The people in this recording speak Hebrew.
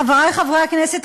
חברי חברי הכנסת,